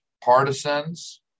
partisans